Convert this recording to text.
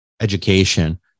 education